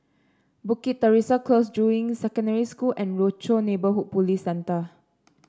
Bukit Teresa Close Juying Secondary School and Rochor Neighborhood Police Centre